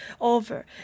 over